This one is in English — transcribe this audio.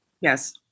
Yes